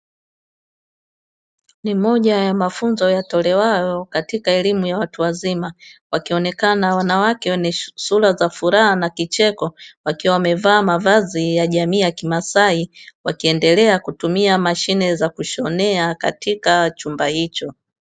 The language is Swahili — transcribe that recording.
Ni moja ya wanafunzi yatolewayo katika elimu ya watu wazima, wakionekana wanawake wenye sura za furaha na kicheko wakiwa wamevaa mavazi ya jamii ya kimasai, wakiendelea kutumia mashine za kushonea katika chumba hicho.